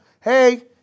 hey